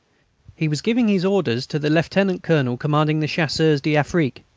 he was giving his orders to the lieutenant-colonel commanding the chasseurs d'afrique.